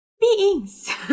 beings